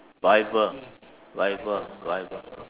bible bible bible